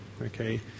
okay